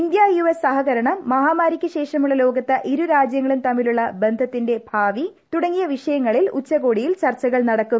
India US സഹകരണം മഹാമാരിക്കുശേഷമുള്ള ലോകത്ത് ഇരുരാജ്യങ്ങളും തമ്മിലുള്ള ബന്ധത്തിന്റെ ഭാര്പി തുടങ്ങിയ വിഷയങ്ങളിൽ ഉച്ചകോടിയിൽ ചർച്ചകൾ നടക്കും